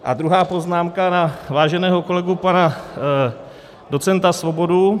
A druhá poznámka na váženého kolegu pana docenta Svobodu.